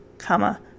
Comma